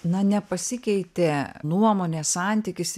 na nepasikeitė nuomonės santykis